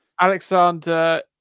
Alexander